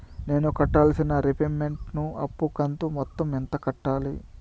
నేను కట్టాల్సిన రీపేమెంట్ ను అప్పు కంతు మొత్తం ఎంత కట్టాలి?